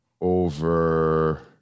over